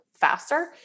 faster